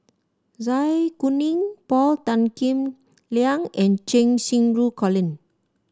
Zai Kuning Paul Tan Kim Liang and Cheng Xinru Colin